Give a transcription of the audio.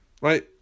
Right